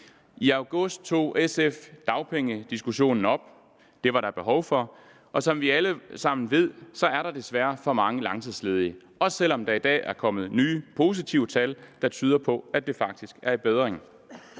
I august tog SF dagpengediskussionen op. Det var der behov for. Som vi alle sammen ved er der desværre for mange langtidsledige, også selv om der i dag er kommet nye, positive tal, der tyder på, at det faktisk er i bedring.